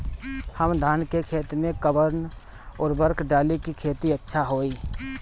हम धान के खेत में कवन उर्वरक डाली कि खेती अच्छा होई?